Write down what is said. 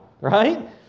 right